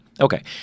Okay